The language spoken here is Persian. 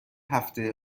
هفته